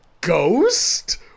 Ghost